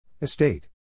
Estate